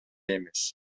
эмес